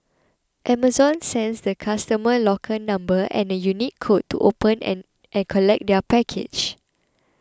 Amazon sends the customer the locker number and a unique code to open it and collect their package